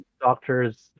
Doctors